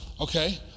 okay